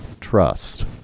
trust